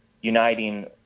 uniting